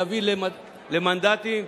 יביא למנדטים.